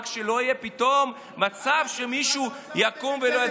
רק שלא יהיה פתאום מצב שמישהו יקום ולא יצביע.